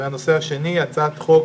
והצעת חוק